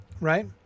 right